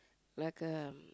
like the